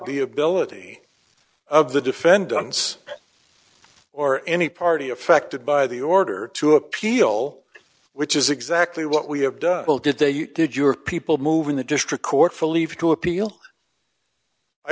the ability of the defendants or any party affected by the order to appeal which is exactly what we have done well did they did your people move in the district court